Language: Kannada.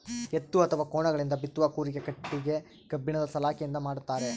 ಎತ್ತು ಅಥವಾ ಕೋಣಗಳಿಂದ ಬಿತ್ತುವ ಕೂರಿಗೆ ಕಟ್ಟಿಗೆ ಕಬ್ಬಿಣದ ಸಲಾಕೆಯಿಂದ ಮಾಡ್ತಾರೆ